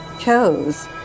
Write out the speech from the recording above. chose